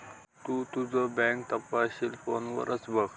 तु तुझो बँक तपशील फोनवरच बघ